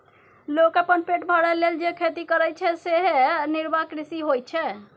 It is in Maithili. लोक अपन पेट भरय लेल जे खेती करय छै सेएह निर्वाह कृषि होइत छै